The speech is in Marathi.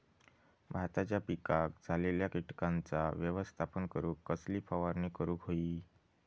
भाताच्या पिकांक झालेल्या किटकांचा व्यवस्थापन करूक कसली फवारणी करूक होई?